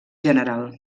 general